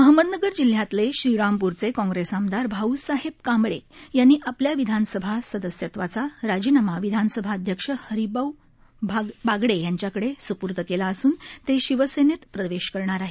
अहमदनगर जिल्ह्यातले श्रीरामप्रचे काँग्रेस आमदार भाऊसाहेब कांबळे यांनी आपल्या विधानसभा सदस्यत्वाचा राजीनामा विधानसभा अध्यक्ष हरिभाऊ बागडे यांच्याकडे सुपूर्द केला असून ते शिवसेनेत प्रवेश करणार आहेत